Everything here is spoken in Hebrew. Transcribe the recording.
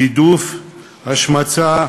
גידוף, השמצה,